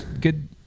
good